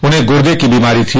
उन्हें गुर्दे की बीमारी थी